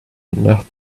net